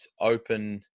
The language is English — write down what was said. open